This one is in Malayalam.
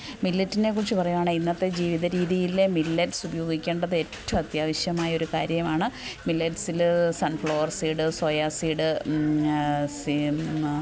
മില്ലെറ്റിനെക്കുറിച്ച് പറയുവാണെങ്കിൽ ഇന്നത്തെ ജീവിത രീതിയിൽ മില്ലറ്റ്സ് ഉപയോഗിക്കേണ്ടത് ഏറ്റവും അത്യാവശ്യമായ ഒരു കാര്യമാണ് മില്ലറ്റ്സിൽ സൺഫ്ലവർ സീഡ് സോയ സീഡ്